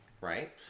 right